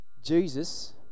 Jesus